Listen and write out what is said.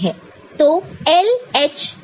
तो L H H L इसका क्या मतलब है